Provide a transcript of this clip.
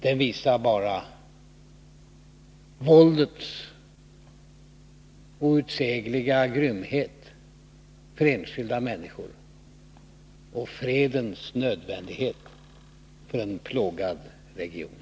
Den visar bara våldets outsägliga grymhet för enskilda människor och fredens nödvändighet för en plågad region.